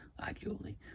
arguably